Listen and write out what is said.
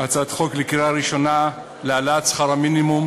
לקריאה ראשונה הצעת חוק להעלאת שכר המינימום,